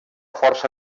força